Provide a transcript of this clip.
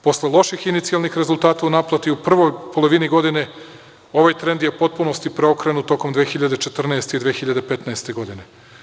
Posle loših inicijalnih rezultata u naplati u prvoj polovini godine ovaj trend je u potpunosti preokrenut tokom 2014. i 2015. godine.